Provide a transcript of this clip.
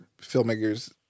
filmmakers